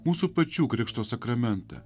mūsų pačių krikšto sakramentą